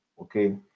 okay